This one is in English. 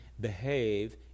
behave